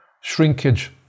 shrinkage